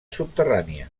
subterrània